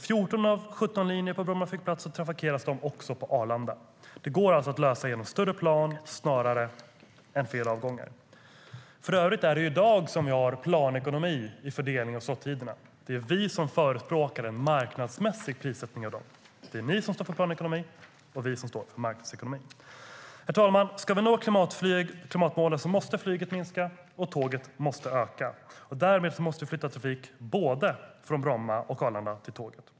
14 av 17 linjer på Bromma flygplats trafikeras också på Arlanda. Det går alltså att lösa genom större plan snarare än genom fler avgångar. Herr talman! Om vi ska nå klimatmålen måste flyget minska och tåget öka. Vi måste därför flytta trafik från både Bromma och Arlanda till tåget.